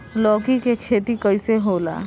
लौकी के खेती कइसे होला?